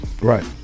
right